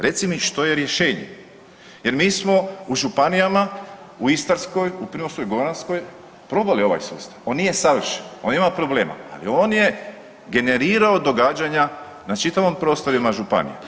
Reci mi što je rješenje jer mi smo u županijama u Istarskoj, u Primorsko-goranskoj probali ovaj sustav, on nije savršen, on ima problema, ali on je generirao događanja na čitavim prostorima županija.